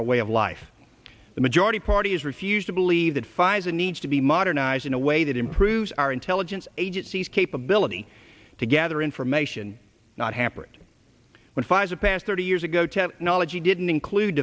our way of life the majority party has refused to believe that pfizer needs to be modernized in a way that improves our intelligence agencies capability to gather information not hamper it when pfizer past thirty years ago to have knowledge he didn't include